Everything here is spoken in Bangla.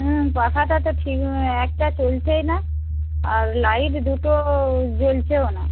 হুম পাখাটা তো ঠিক একটা চলছেই না আর লাইট দুটো জ্বলছেও না